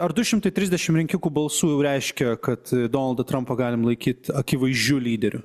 ar du šimtai trisdešim rinkikų balsų jau reiškia kad donaldą trampą galim laikyt akivaizdžiu lyderiu